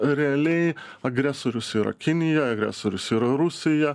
realiai agresorius yra kinija agresorius yra rusija